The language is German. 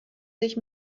sich